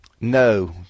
No